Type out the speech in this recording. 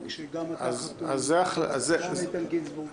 שגם אתה חתום וגם איתן גינזבורג חתום,